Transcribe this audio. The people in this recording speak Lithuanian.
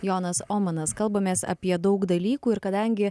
jonas omanas kalbamės apie daug dalykų ir kadangi